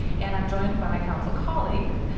and um joined by my council callings,